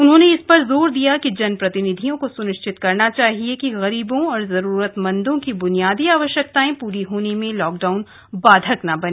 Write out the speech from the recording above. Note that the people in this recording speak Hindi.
उन्होंने इस पर जोर दिया कि जन प्रतिनिधियों को सुनिश्चित करना चाहिए की गरीबों और जरूरतमंदों की बुनियादी आवश्यकताएं पूरी होने में लॉकडाउन बाधक न बने